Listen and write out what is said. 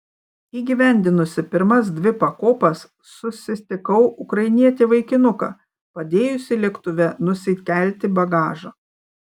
įgyvendinusi pirmas dvi pakopas susitikau ukrainietį vaikinuką padėjusį lėktuve nusikelti bagažą